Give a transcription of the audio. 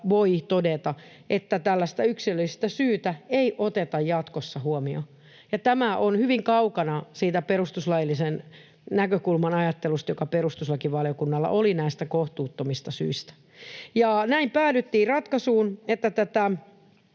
voi todeta, että tällaista yksilöllistä syytä ei oteta jatkossa huomioon. Tämä on hyvin kaukana siitä perustuslaillisen näkökulman ajattelusta, joka perustuslakivaliokunnalla oli näistä kohtuuttomista syistä. Näin päädyttiin ratkaisuun,